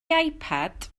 ipad